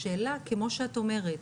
השאלה כמו שאת אומרת,